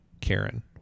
Karen